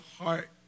heart